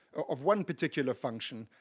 of one particular function.